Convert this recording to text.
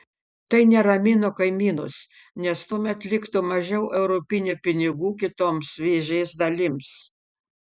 tai neramino kaimynus nes tuomet liktų mažiau europinių pinigų kitoms vėžės dalims